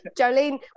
Jolene